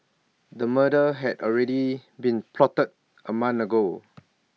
A murder had already been plotted A month ago